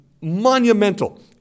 monumental